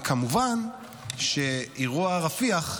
וכמובן שאירוע רפיח,